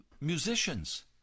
musicians